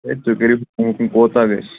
اَے تُہۍ کٔرِو حُکم کوٗتاہ گَژھِ